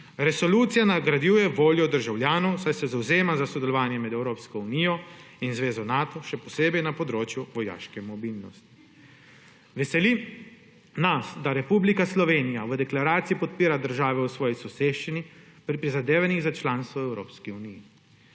Resolucija nadgrajuje voljo državljanov, saj se zavzema za sodelovanje med Evropsko unijo in zvezo Nato, še posebej na področju vojaške mobilnosti. Veseli nas, da Republika Slovenija v deklaraciji podpira države v svoji soseščini pri prizadevanjih za članstvo v Evropski uniji.